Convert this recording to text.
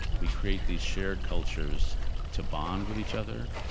we create these shared cultures to bond with each other,